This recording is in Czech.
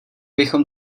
bychom